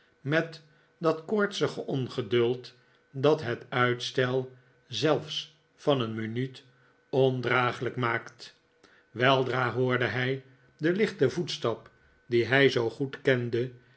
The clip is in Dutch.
met dat koortsige ongeduld dat net uitstel zelfs van een minuut ondraaglijk maakt weldra hoorde hji den lichten voetstap dien hij zoo goed kende